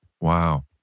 Wow